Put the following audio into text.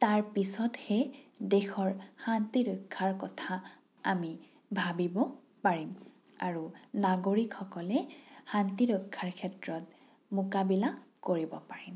তাৰ পিছতহে দেশৰ শান্তি ৰক্ষাৰ কথা আমি ভাবিব পাৰিম আৰু নাগৰিকসকলে শান্তি ৰক্ষাৰ ক্ষেত্ৰত মোকাবিলা কৰিব পাৰিম